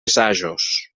assajos